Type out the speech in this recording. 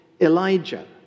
Elijah